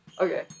Okay